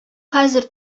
хәзер